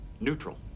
Neutral